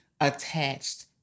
attached